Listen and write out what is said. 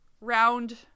round